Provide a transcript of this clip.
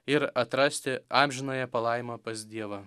ir atrasti amžinąją palaimą pas dievą